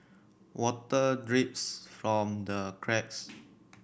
water drips from the cracks